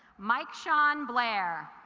mike sean blair